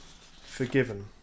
forgiven